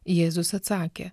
jėzus atsakė